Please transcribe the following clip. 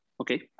Okay